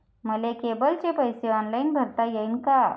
मले केबलचे पैसे ऑनलाईन भरता येईन का?